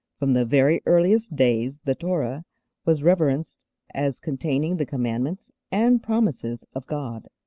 from the very earliest days the torah was reverenced as containing the commandments and promises of god.